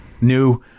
new